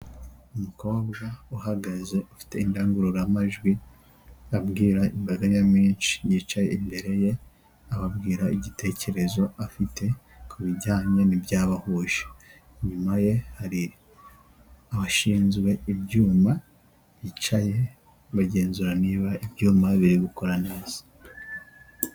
Umukobwa uhagaze ufite indangururamajwi, abwira imbaga nyamwinshi yicaye imbere ye, ababwira igitekerezo afite ku bijyanye n'ibyabahuje, inyuma ye hari abashinzwe ibyuma bicaye bagenzura niba ibyuma biri gukora neza.